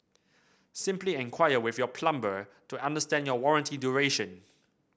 simply enquire with your plumber to understand your warranty duration